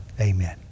Amen